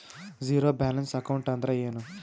Zero balance account ಅಂದ್ರ ಏನು?